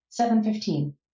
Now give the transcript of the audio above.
7.15